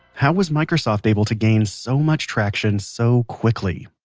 how was microsoft able to gain so much traction so quickly?